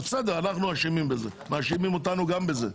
בסדר, אנחנו אשמים בזה, מאשימים אותנו גם בזה,